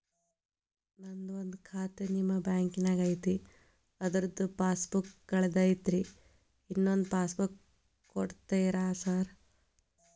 ನಂದು ಒಂದು ಖಾತೆ ನಿಮ್ಮ ಬ್ಯಾಂಕಿನಾಗ್ ಐತಿ ಅದ್ರದು ಪಾಸ್ ಬುಕ್ ಕಳೆದೈತ್ರಿ ಇನ್ನೊಂದ್ ಪಾಸ್ ಬುಕ್ ಕೂಡ್ತೇರಾ ಸರ್?